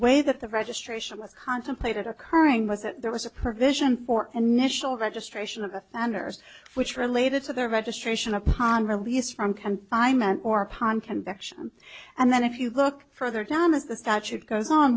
way that the registration was contemplated occurring was that there was a provision for and national registration of offenders which related to their registration upon release from confinement or upon conviction and then if you look further down as the statute goes on